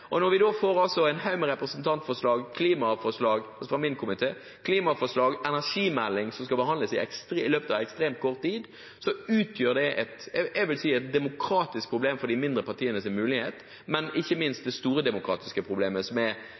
komiteen. Når vi da får en haug med representantforslag, klimaforslag, en energimelding – fra min komité – som skal behandles i løpet av ekstremt kort tid, utgjør det et demokratisk problem for de mindre partiene, men det er ikke det store demokratiske problemet.